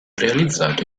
realizzato